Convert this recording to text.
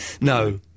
No